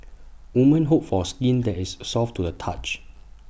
women hope forth in that is soft to the touch